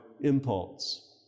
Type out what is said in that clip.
impulse